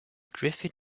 griffin